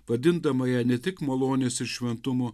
vadindama ją ne tik malonės ir šventumo